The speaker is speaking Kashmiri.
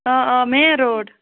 آ آ مینۍ روڑ